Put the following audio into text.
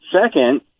second